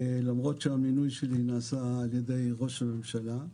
למרות שהמינוי שלי נעשה על ידי ראש הממשלה.